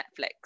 Netflix